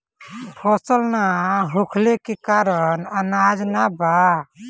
फसल ना होखले के कारण अनाज ना बा